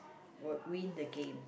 would win the game